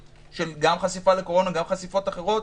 גם של חשיפה לקורונה וגם של חשיפות אחרות.